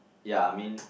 ya I mean